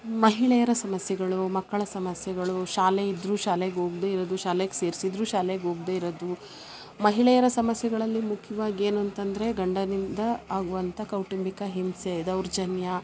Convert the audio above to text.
ಮಹಿಳೆಯರ ಸಮಸ್ಯೆಗಳು ಮಕ್ಕಳ ಸಮಸ್ಯೆಗಳು ಶಾಲೆ ಇದ್ದರೂ ಶಾಲೆಗೆ ಹೋಗ್ದೆ ಇರೋದು ಶಾಲೆಗೆ ಸೇರ್ಸಿದ್ದರೂ ಶಾಲೆಗೆ ಹೋಗ್ದೆ ಇರೋದು ಮಹಿಳೆಯರ ಸಮಸ್ಯೆಗಳಲ್ಲಿ ಮುಖ್ಯವಾಗಿ ಏನು ಅಂತಂದರೆ ಗಂಡನಿಂದ ಆಗುವಂಥಾ ಕೌಟುಂಬಿಕ ಹಿಂಸೆ ದೌರ್ಜನ್ಯ